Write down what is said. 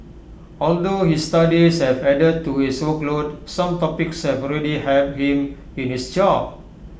although his studies have added to his workload some topics have already helped him in his job